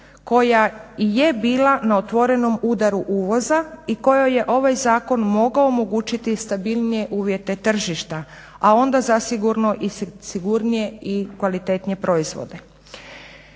koja je bila na otvorenom udaru uvoza i kojoj je ovaj zakon mogao omogućiti stabilnije uvjete tržišta, a onda zasigurno i sigurnije i kvalitetnije proizvode.